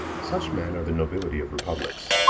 such men are the nobility of republics.